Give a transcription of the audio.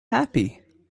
happy